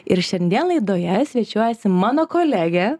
ir šiandien laidoje svečiuojasi mano kolegė